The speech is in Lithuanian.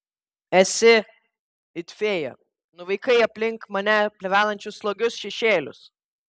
esi it fėja nuvaikai aplink mane plevenančius slogius šešėlius